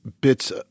bits